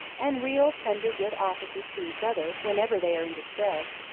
and real tender good offices to each other whenever they are in distress,